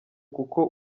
kuko